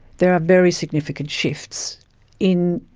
there are very significant shifts in,